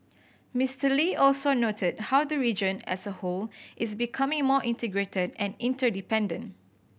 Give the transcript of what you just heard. Mister Lee also noted how the region as a whole is becoming more integrated and interdependent